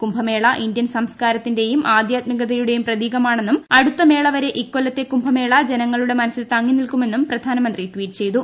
Kumbh Mela Indian സംസ്കാരത്തിന്റേയും ആദ്യത്മികതയുടേയും പ്രതീകമാണെന്നും അടുത്ത മേളവരെ ഇക്കൊല്ലത്തെ കുംഭമേള ജനങ്ങളുടെ മനസ്സിൽ തങ്ങി നിൽക്കുമെന്നും പ്രധാനമന്ത്രി ട്വീറ്റ് ചെയ്തു